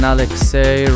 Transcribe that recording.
Alexei